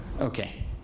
Okay